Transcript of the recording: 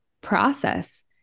process